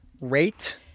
Rate